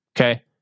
okay